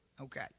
Okay